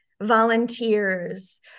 volunteers